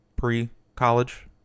pre-college